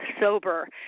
sober